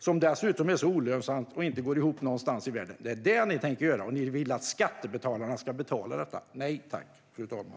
Det är dessutom olönsamt och går inte ihop någonstans i världen. Det är vad ni tänker göra, och ni vill att skattebetalarna ska betala det. Nej, tack, fru talman!